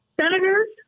senators